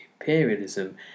imperialism